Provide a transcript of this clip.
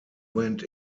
went